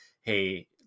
hey